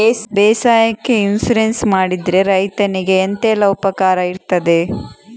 ಬೇಸಾಯಕ್ಕೆ ಇನ್ಸೂರೆನ್ಸ್ ಮಾಡಿದ್ರೆ ರೈತನಿಗೆ ಎಂತೆಲ್ಲ ಉಪಕಾರ ಇರ್ತದೆ?